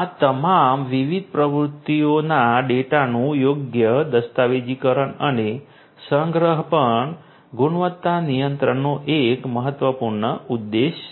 આ તમામ વિવિધ પ્રવૃત્તિઓના ડેટાનું યોગ્ય દસ્તાવેજીકરણ અને સંગ્રહ પણ ગુણવત્તા નિયંત્રણનો એક મહત્વપૂર્ણ ઉદ્દેશ્ય છે